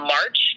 March